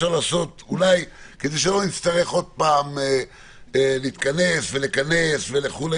כדי שלא נצטרך עוד פעם להתכנס ולכנס וכולי